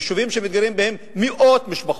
יישובים שמתגוררות בהם מאות משפחות,